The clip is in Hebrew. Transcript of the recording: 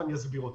נכון לרגע זה.